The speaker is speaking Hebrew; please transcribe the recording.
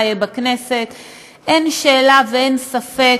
התקבלה בקריאה שנייה ושלישית,